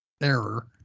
error